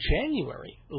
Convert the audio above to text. January